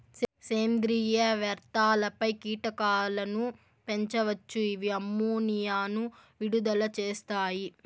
సేంద్రీయ వ్యర్థాలపై కీటకాలను పెంచవచ్చు, ఇవి అమ్మోనియాను విడుదల చేస్తాయి